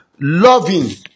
loving